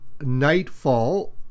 nightfall